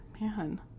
Man